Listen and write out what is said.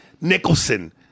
Nicholson